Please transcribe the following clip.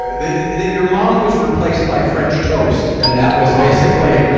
ah that that your mom was replaced by french toast, and that was basically